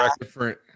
different